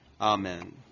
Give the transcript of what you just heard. Amen